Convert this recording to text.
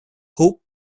who